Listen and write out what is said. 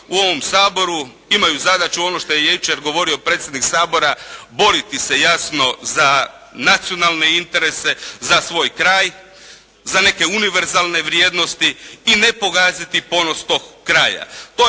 u ovom Saboru imaju zadaću, ono je jučer govorio predsjednik Sabora boriti se jasno za nacionalne interese, za svoj kraj, za neke univerzalne vrijednosti i ne pogaziti ponos tog kraja.